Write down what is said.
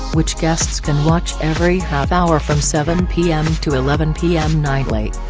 which guests can watch every half hour from seven p m. to eleven p m. nightly.